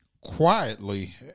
quietly